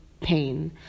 pain